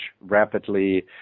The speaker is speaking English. rapidly